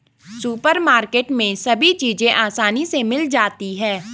supermarket में सभी चीज़ें आसानी से मिल जाती है